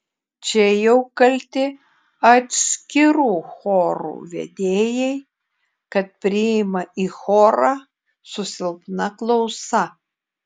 čia jau kalti atskirų chorų vedėjai kad priima į chorą su silpna klausa